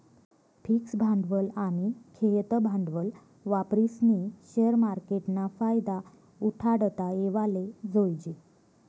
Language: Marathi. फिक्स भांडवल आनी खेयतं भांडवल वापरीस्नी शेअर मार्केटना फायदा उठाडता येवाले जोयजे